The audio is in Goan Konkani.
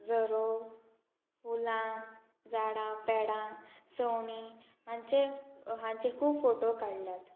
झरो फुलां झाडां पेडां सवणी हांचे हांचे खूब फोटो काडल्यात